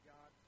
God